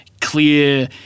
clear